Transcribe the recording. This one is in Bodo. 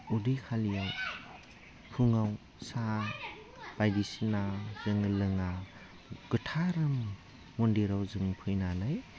उदै खालियाव फुङाव साहा बायदिसिना जोङो लोङा गोथार मन्दिराव जोङो फैनानै